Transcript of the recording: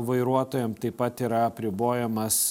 vairuotojam taip pat yra apribojamas